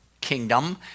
kingdom